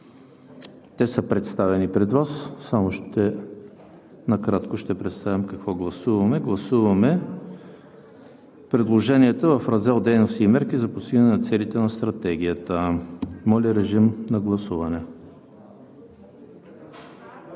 те са представени пред Вас. Само накратко ще представя какво гласуваме. Гласуваме предложенията в Раздел „Дейности и мерки за постигане на целите на стратегията“. Гласували